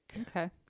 Okay